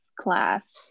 class